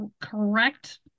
correct